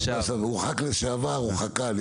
הוא חכ"ל.